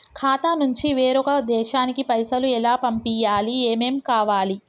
ఖాతా నుంచి వేరొక దేశానికి పైసలు ఎలా పంపియ్యాలి? ఏమేం కావాలి?